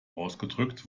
ausgedrückt